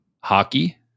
Hockey